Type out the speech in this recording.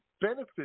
benefit